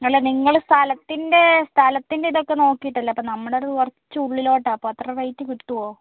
അല്ല നിങ്ങൾ സ്ഥലത്തിൻറെ സ്ഥലത്തിൻറെ ഇതൊക്കെ നോക്കിയിട്ടല്ലേ അപ്പോൾ നമ്മളത് കുറച്ച് ഉള്ളിലോട്ടാ അപ്പോൾ അത്ര റൈറ്റ് കിട്ടോ